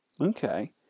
okay